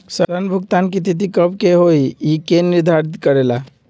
ऋण भुगतान की तिथि कव के होई इ के निर्धारित करेला?